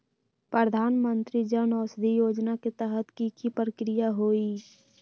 प्रधानमंत्री जन औषधि योजना के तहत की की प्रक्रिया होई?